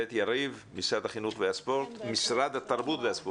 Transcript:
גברתי תספרי לנו מבחינת משרד התרבות והספורט,